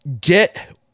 get